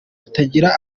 rutagira